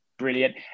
Brilliant